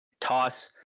toss